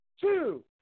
Two